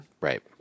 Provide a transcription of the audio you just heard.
Right